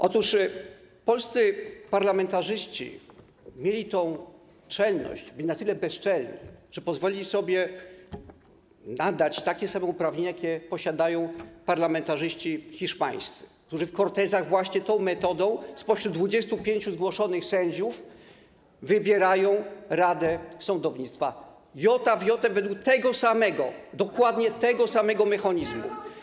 Otóż polscy parlamentarzyści mieli tę czelność, byli na tyle bezczelni, że pozwolili sobie nadać takie samo uprawnienie, jakie posiadają parlamentarzyści hiszpańscy, którzy w kortezach właśnie tą metodą spośród 25 zgłoszonych sędziów wybierają radę sądownictwa, jota w jotę według tego samego, dokładnie tego samego mechanizmu.